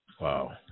Wow